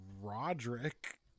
Roderick